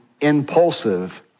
impulsive